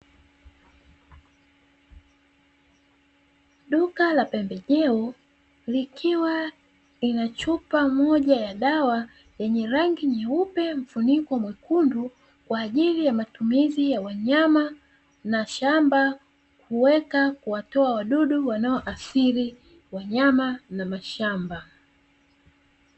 Duka la pembejeo likiwa lina chupa moja ya dawa lenye rangi nyeupe, mfuniko mwekundu kwa ajili ya matumizi ya wanyama na shamba ,kuweka, kuwatoa wadudu wa asili wa wanyama na mashamba.